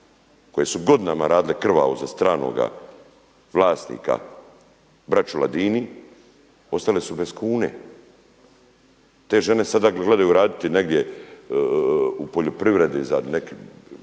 koji su godinama radili krvavo za stranoga vlasnika, braću Ladini, ostali su bez kune. Te žene gledaju sada raditi negdje u poljoprivredi, snalaze